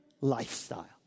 lifestyle